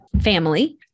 family